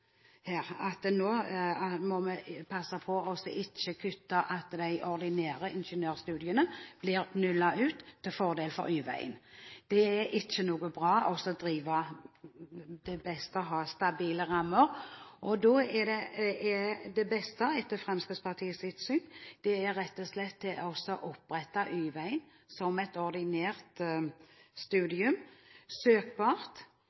Nå må vi passe på at de ordinære ingeniørstudiene ikke blir nulla ut til fordel for Y-veien. Det er best å ha stabile rammer, og da er det beste – etter Fremskrittspartiets syn – rett og slett å opprette Y-veien som et ordinært,